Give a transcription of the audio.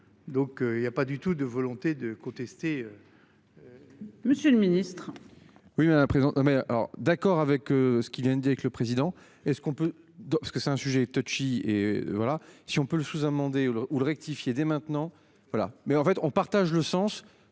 Donc il y a pas du tout de volonté de contester.